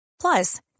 Plus